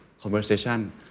conversation